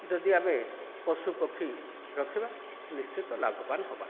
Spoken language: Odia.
ଯଦି ଆମେ ପଶୁ ପକ୍ଷୀ ରଖିବା ନିଶ୍ଚିତ ଲାଭବାନ୍ ହବା